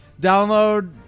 download